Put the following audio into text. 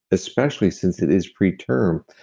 especially since it is preterm,